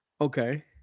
Okay